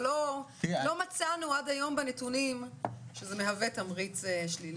לא מצאנו עד היום בנתונים שזה מהווה תמריץ שלילי.